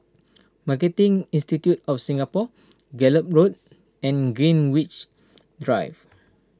Marketing Institute of Singapore Gallop Road and Greenwich Drive